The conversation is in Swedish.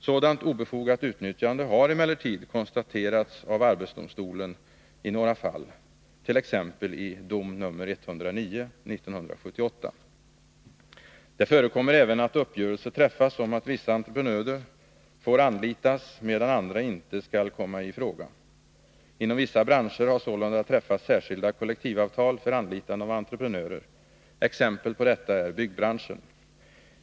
Sådant obefogat utnyttjande har emellertid konstaterats av arbetsdomstolen i några fall, t.ex. i dom nr 109 år 1978. Det förekommer även att uppgörelse träffas om att vissa entreprenörer får anlitas, medan andra inte skall komma i fråga. Inom vissa branscher har sålunda träffats särskilda kollektivavtal för anlitande av entreprenörer. Exempel på detta är byggbranschen.